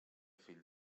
fill